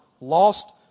lost